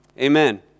Amen